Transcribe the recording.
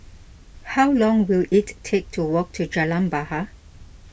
how long will it take to walk to Jalan Bahar